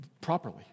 properly